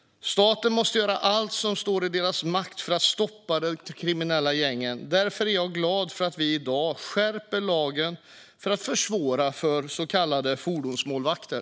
Staten måste göra allt som står i dess makt för att stoppa de kriminella gängen. Därför är jag glad för att vi i dag skärper lagen för att försvåra för så kallade fordonsmålvakter.